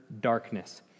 darkness